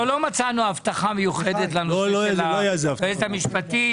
לא מצאנו אבטחה מיוחדת ליועצת המשפטית.